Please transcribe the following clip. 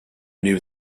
knew